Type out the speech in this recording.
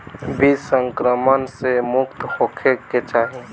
बीज संक्रमण से मुक्त होखे के चाही